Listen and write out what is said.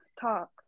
talk